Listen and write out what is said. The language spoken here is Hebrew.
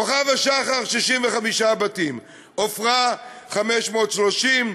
כוכב-השחר, 65 בתים, עפרה, 530,